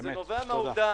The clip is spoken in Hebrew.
זה נובע מהעובדה